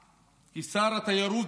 כי שר התיירות,